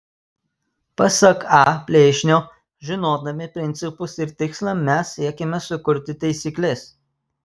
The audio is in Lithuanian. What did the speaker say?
pasak a plėšnio žinodami principus ir tikslą mes siekiame sukurti taisykles